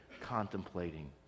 Contemplating